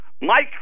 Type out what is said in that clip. Mike